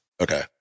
Okay